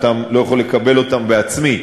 לא יכול לקבל אותם בעצמי,